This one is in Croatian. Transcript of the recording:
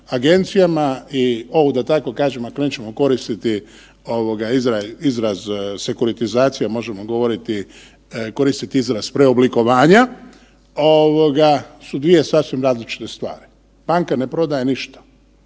agencija i ovo da tako kažem ako nećemo koristiti ovoga sekuritizacija možemo govoriti koristiti izraz preoblikovanja ovoga su dvije sasvim različite stvari. Banka ne prodaje ništa.